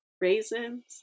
raisins